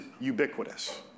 ubiquitous